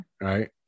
right